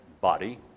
body